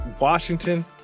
Washington